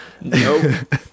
Nope